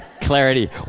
Clarity